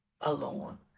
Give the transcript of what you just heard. alone